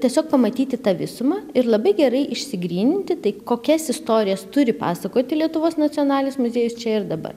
tiesiog pamatyti tą visumą ir labai gerai išsigryninti tai kokias istorijas turi pasakoti lietuvos nacionalinis muziejus čia ir dabar